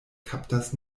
kaptas